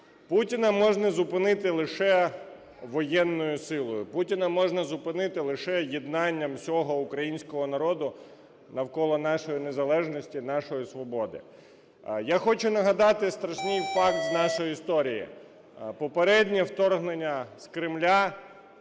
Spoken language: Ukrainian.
Путіна можна зупинити лише воєнною силою. Путіна можна зупинити лише єднання всього українського народу навколо нашої незалежності, нашої свободи. Я хочу нагадати страшний факт з нашої історії: попереднє вторгнення з Кремля,